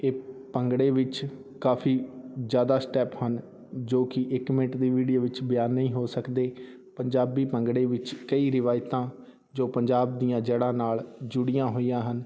ਇਹ ਭੰਗੜੇ ਵਿੱਚ ਕਾਫੀ ਜ਼ਿਆਦਾ ਸਟੈਪ ਹਨ ਜੋ ਕਿ ਇੱਕ ਮਿੰਟ ਦੀ ਵੀਡੀਓ ਵਿੱਚ ਬਿਆਨ ਨਹੀਂ ਹੋ ਸਕਦੇ ਪੰਜਾਬੀ ਭੰਗੜੇ ਵਿੱਚ ਕਈ ਰਿਵਾਇਤਾਂ ਜੋ ਪੰਜਾਬ ਦੀਆਂ ਜੜਾਂ ਨਾਲ ਜੁੜੀਆਂ ਹੋਈਆਂ ਹਨ